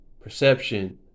perception